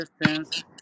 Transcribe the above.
distance